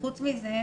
חוץ מזה,